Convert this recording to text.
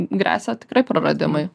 gresia tikrai praradimai